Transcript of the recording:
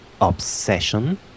obsession